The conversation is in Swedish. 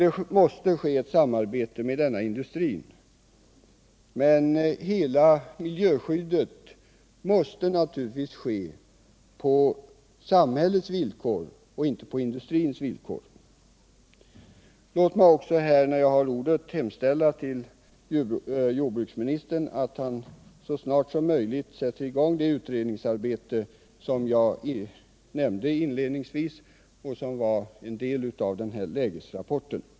Det måste ske ett samarbete med denna industri, men hela miljöskyddet måste ske på samhällets villkor och inte på industrins villkor. Låt mig, när jag har ordet, hemställa till jordbruksministern att han så snart som möjligt sätter i gång det utredningsarbete som jag inledningsvis nämnde och som var en del av lägesrapporten.